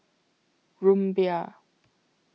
Rumbia